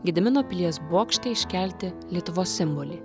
gedimino pilies bokšte iškelti lietuvos simbolį